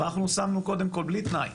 ואנחנו שמנו קודם כל בלי תנאי,